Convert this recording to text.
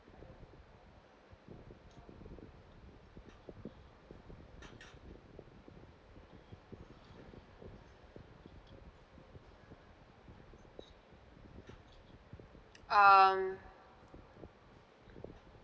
um